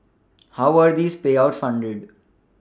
how were these payouts funded